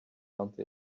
until